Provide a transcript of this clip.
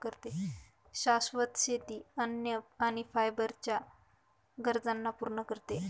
शाश्वत शेती अन्न आणि फायबर च्या गरजांना पूर्ण करते